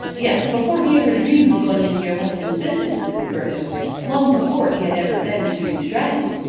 yes before he ever dreamed of going into your husband's business, mrs. burton long before he had ever been to stratton.